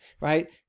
right